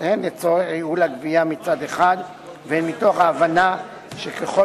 הן לצורך ייעול הגבייה מצד אחד והן מתוך הבנה שככל